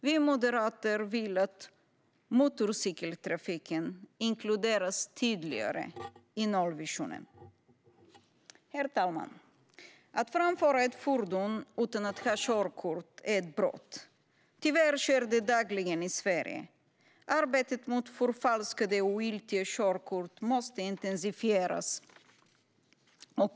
Vi moderater vill att motorcykeltrafiken inkluderas tydligare i nollvisionen. Herr talman! Att framföra ett fordon utan att ha körkort är ett brott. Tyvärr sker det dagligen i Sverige. Arbetet mot förfalskade och ogiltiga körkort måste intensifieras.